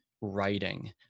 writing